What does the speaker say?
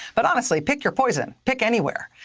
but honestly, pick your poison. pick anywhere.